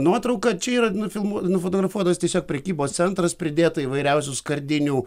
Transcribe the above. nuotrauką čia yra nufilmuo nufotografuotus tiesiog prekybos centras pridėta įvairiausių skardinių